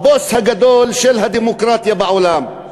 הבוס הגדול של הדמוקרטיה בעולם.